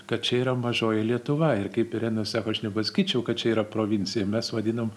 kad čia yra mažoji lietuva ir kaip irena sako aš nepasakyčiau kad čia yra provincija mes vadinam